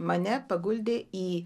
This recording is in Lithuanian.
mane paguldė į